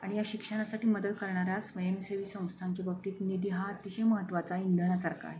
आणि या शिक्षणासाठी मदत करणारा स्वयंसेवी संस्थांच्या बाबतीत निधी हा अतिशय महत्त्वाचा आहे इंधनासारखा आहे